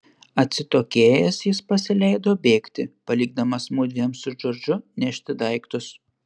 atsitokėjęs jis pasileido bėgti palikdamas mudviem su džordžu nešti daiktus